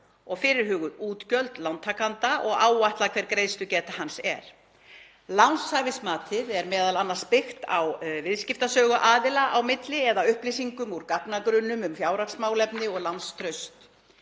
og fyrirhuguð útgjöld lántakanda og áætlað hver greiðslugeta hans er. Lánshæfismatið er m.a. byggt á viðskiptasögu aðila á milli eða upplýsingum úr gagnagrunnum um fjárhagsmálefni og lánstraust.